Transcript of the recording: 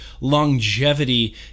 longevity